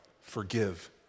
forgive